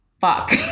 fuck